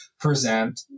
present